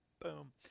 boom